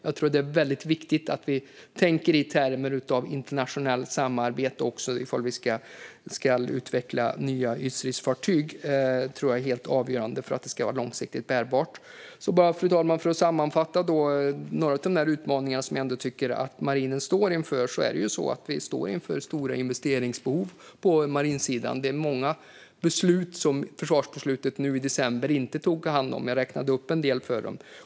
Jag tror att det är viktigt att vi tänker i termer av internationellt samarbete om vi ska utveckla nya ytstridsfartyg. Det är helt avgörande för att det ska bli långsiktigt bärbart. Fru talman! Låt mig sammanfatta några av utmaningarna som jag ändå tycker att marinen står inför. Vi står inför stora investeringsbehov på den marina sidan. Det är många beslut som försvarsbeslutet i december inte tog hand om, och jag har räknat upp en del av dem.